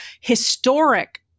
historic